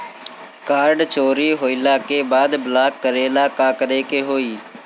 Card चोरी होइला के बाद ब्लॉक करेला का करे के होई?